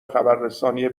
خبررسانی